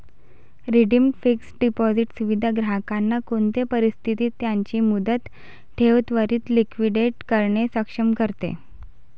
redeemed fixed deposit सुविधा ग्राहकांना कोणते परिस्थितीत त्यांची मुदत ठेव त्वरीत लिक्विडेट करणे सक्षम करते